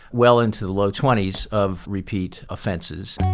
well into the low twenty s of repeat offenses